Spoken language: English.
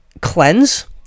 cleanse